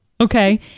Okay